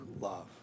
love